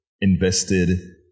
invested